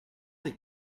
des